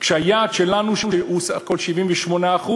והיעד שלנו בשנת 2020 הוא סך הכול 78%,